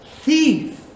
thief